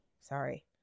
sorry